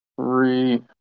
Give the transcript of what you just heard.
three